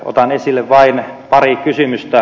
otan esille vain pari kysymystä